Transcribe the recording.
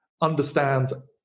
understands